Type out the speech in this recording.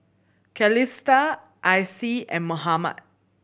Calista Icie and Mohammad